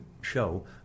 show